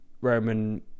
Roman